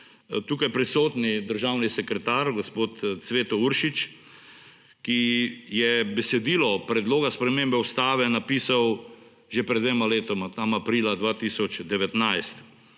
tukaj prisotni državni sekretar gospod Cveto Uršič, ki je besedilo predloga spremembe ustave napisal že pred dvema letoma, tam aprila 2019.